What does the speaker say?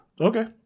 Okay